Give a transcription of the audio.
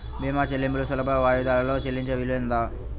భీమా చెల్లింపులు సులభ వాయిదాలలో చెల్లించే వీలుందా?